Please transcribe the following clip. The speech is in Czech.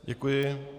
Děkuji.